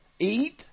eat